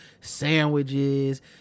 sandwiches